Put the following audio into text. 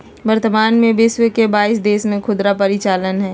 वर्तमान में विश्व के बाईस देश में खुदरा परिचालन हइ